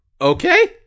okay